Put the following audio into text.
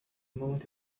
moment